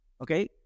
Okay